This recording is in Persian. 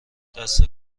دسته